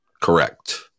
correct